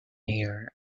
here